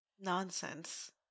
nonsense